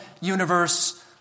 Universe